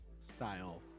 style